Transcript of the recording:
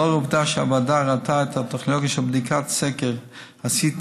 לאור העובדה שהוועדה ראתה את הטכנולוגיה של בדיקת סקר ה-CT